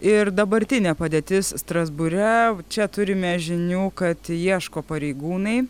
ir dabartinė padėtis strasbūre čia turime žinių kad ieško pareigūnai